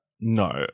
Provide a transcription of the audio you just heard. No